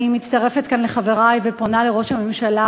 אני מצטרפת כאן לחברי ופונה לראש הממשלה